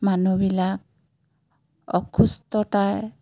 মানুহবিলাক অসুস্থতাৰ